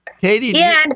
Katie